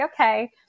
okay